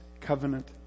covenant